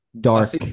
dark